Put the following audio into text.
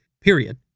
period